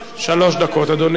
שלוש דקות, אדוני.